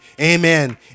amen